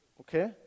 Okay